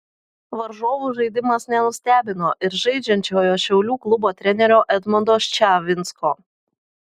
varžovų žaidimas nenustebino ir žaidžiančiojo šiaulių klubo trenerio edmundo ščavinsko